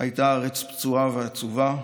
הייתה הארץ פצועה ועצובה,